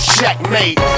Checkmate